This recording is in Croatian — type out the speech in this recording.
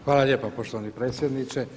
Hvala lijepa poštovani predsjedniče.